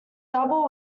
double